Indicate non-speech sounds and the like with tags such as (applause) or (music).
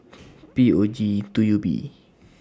(noise) P O G two U B